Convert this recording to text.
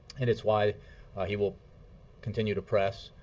and it's why he will continue to press